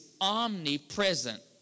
omnipresent